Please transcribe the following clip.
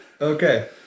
Okay